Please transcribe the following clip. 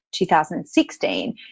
2016